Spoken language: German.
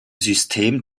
system